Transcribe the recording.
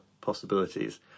possibilities